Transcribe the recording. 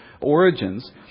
origins